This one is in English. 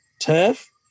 turf